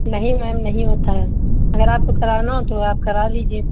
نہیں میم نہیں ہوتا ہے اگر آپ کو کرانا ہو تو آپ کرا لیجیے